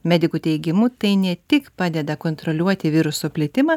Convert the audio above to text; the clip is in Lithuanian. medikų teigimu tai ne tik padeda kontroliuoti viruso plitimą